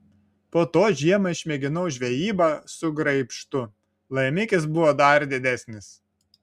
po to žiemą išmėginau žvejybą su graibštu laimikis buvo dar didesnis